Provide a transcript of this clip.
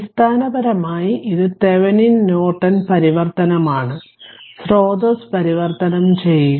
അടിസ്ഥാനപരമായി ഇത് Thevenin Norton പരിവർത്തനമാണ് സ്രോതസ്സ് പരിവർത്തനം ചെയുക